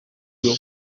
you